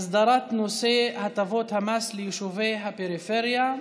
הסדרת נושא הטבות המס ליישובי הפריפריה,